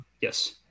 Yes